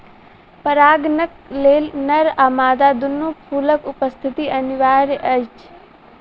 परागणक लेल नर आ मादा दूनू फूलक उपस्थिति अनिवार्य अछि